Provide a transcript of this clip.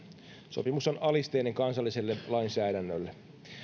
sopimus on alisteinen kansalliselle lainsäädännölle